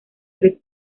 tres